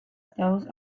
those